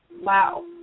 Wow